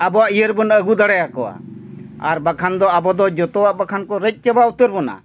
ᱟᱵᱚᱣᱟᱜ ᱤᱭᱟᱹ ᱨᱮᱵᱚᱱ ᱟᱹᱜᱩ ᱫᱟᱲᱮᱭᱟᱠᱚᱣᱟ ᱟᱨ ᱵᱟᱠᱷᱟᱱ ᱫᱚ ᱟᱵᱚ ᱫᱚ ᱡᱷᱚᱛᱚᱣᱟᱜ ᱵᱟᱠᱷᱟᱱ ᱠᱚ ᱨᱮᱡ ᱪᱟᱵᱟ ᱩᱛᱟᱹᱨ ᱵᱚᱱᱟ